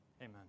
Amen